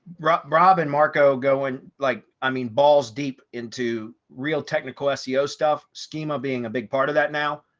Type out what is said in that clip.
robin robin marco going, like, i mean, balls deep into real technical seo stuff schema being a big part of that now.